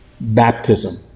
baptism